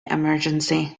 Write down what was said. emergency